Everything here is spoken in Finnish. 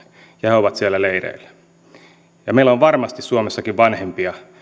ja he ovat siellä leireillä meillä on varmasti suomessakin vanhempia